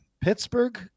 Pittsburgh